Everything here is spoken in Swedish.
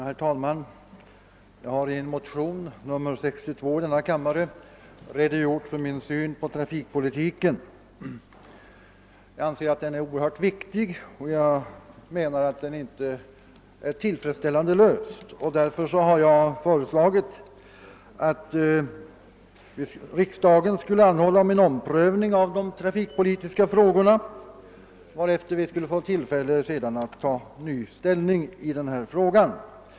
Herr talman! Jag har i motion II: 62 redogjort för min syn på trafikpolitiken. Jag anser att den är oerhört viktig men enligt min mening inte tillfredsställande löst. Därför har jag föreslagit att riksdagen måtte anhålla om en omprövning av de trafikpolitiska frågorna, varefter vi skulle få tillfälle att på nytt ta ställning till dem.